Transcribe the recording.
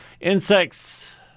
insects